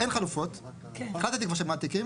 ״החלטתי כבר שמעתיקים,